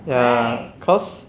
correct